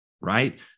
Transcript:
right